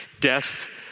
death